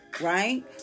right